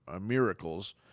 miracles